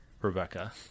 Rebecca